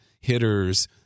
hitters